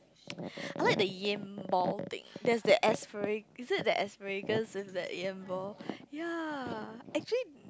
I like the Yam ball thing there's the aspa~ is it the asparagus is the Yam ball ya actually